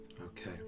Okay